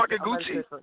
Gucci